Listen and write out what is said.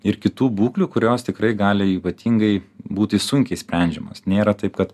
ir kitų būklių kurios tikrai gali ypatingai būti sunkiai sprendžiamos nėra taip kad